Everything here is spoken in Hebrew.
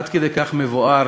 עד כדי כך, מבואר